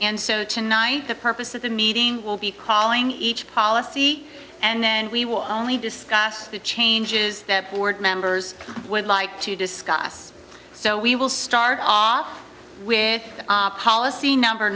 and so tonight the purpose of the meeting will be following each policy and then we will only discuss the changes that board members would like to discuss so we will start off with policy number